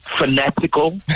fanatical